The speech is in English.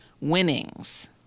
winnings